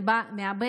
זה בא מהבטן,